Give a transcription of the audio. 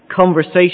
conversation